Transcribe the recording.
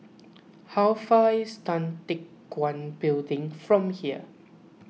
how far away is Tan Teck Guan Building from here